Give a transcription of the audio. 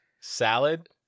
salad